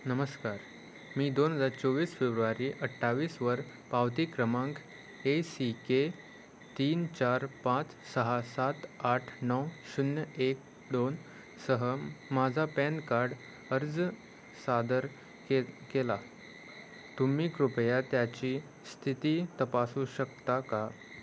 नमस्कार मी दोन हजार चोवीस फेब्रुवारी अठ्ठावीसवर पावती क्रमांक ए सी के तीन चार पाच सहा सात आठ नऊ शून्य एक दोन सह माझा पॅन कार्ड अर्ज सादर के केला तुम्ही कृपया त्याची स्थिती तपासू शकता का